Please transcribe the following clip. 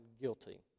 guilty